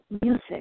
music